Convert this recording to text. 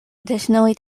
additionally